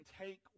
take